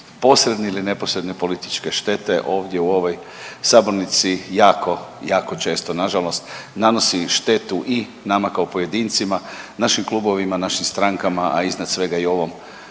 posredne ili neposredne političke štete ovdje u ovoj sabornici jako, jako često na žalost nanosi štetu i nama kao pojedincima, našim klubovima, našim strankama, a iznad svega i ovom